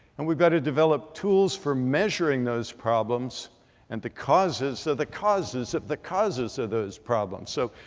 and we've got to develop tools for measuring those problems and the causes of the causes of the causes of those problems. so